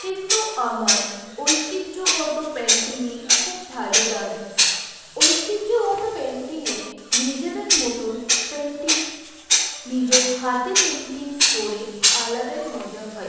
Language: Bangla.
কিন্তু আমার ঐতিহ্যগত পেন্টিংই খুব ভালো লাগে ঐতিহ্যগত পেন্টিংয়ে নিজেদের মতন পেন্টিং নিজের হাতে পেন্টিং করে আলাদাই মজা হয়